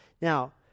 Now